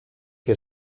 què